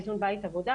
איזון בית-עבודה,